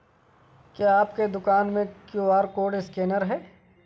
क्या आपके दुकान में क्यू.आर कोड स्कैनर है?